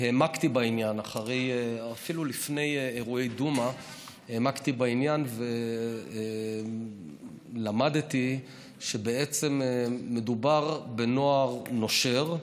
אפילו לפני אירועי דומא העמקתי בעניין ולמדתי שבעצם מדובר בנוער נושר,